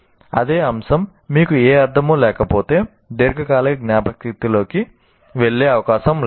అదే అంశం మీకు ఏ అర్ధమూ లేకపోతే దీర్ఘకాలిక జ్ఞాపకశక్తిలోకి వెళ్ళే అవకాశం లేదు